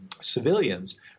civilians